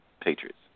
Patriots